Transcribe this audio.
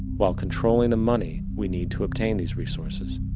while controlling the money we need to obtain these resources.